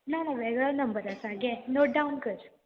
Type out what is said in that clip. ना ना वेगळो नंबर आसा गे नोट डावन कर